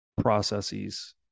processes